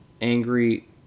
angry